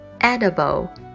Edible